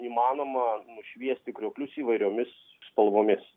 įmanoma nušviesti krioklius įvairiomis spalvomis